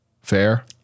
Fair